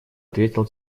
ответил